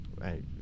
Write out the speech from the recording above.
Right